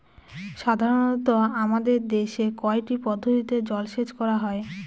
সাধারনত আমাদের দেশে কয়টি পদ্ধতিতে জলসেচ করা হয়?